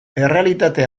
errealitate